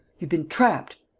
you've been trapped!